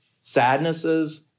sadnesses